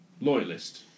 loyalist